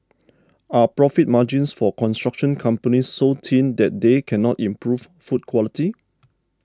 are profit margins for construction companies so thin that they cannot improve food quality